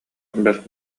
бэрт